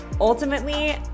Ultimately